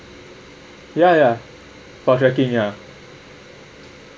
ya ya for trekking ya